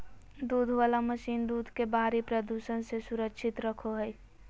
दूध वला मशीन दूध के बाहरी प्रदूषण से सुरक्षित रखो हइ